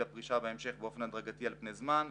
הפרישה בהמשך באופן הדרגתי על פני זמן,